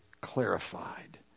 clarified